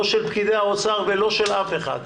לא של פקידי האוצר ולא של אף אחד.